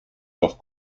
noch